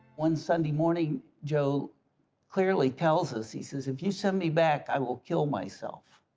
one sunday morning joe clearly tells us, he says if you send me back i will kill myself,